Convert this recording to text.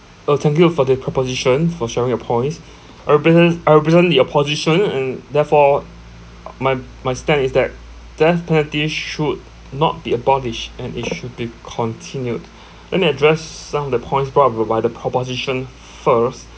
uh thank you for the proposition for sharing your points I represent I represent the opposition and therefore my my stand is that death penalty sh~ should not be abolished and it should be continued let me address s~ some of the points pro~ pro~ provided proposition first